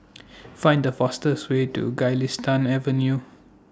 Find The fastest Way to Galistan Avenue